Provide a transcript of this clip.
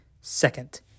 second